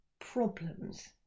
problems